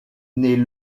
naît